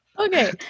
Okay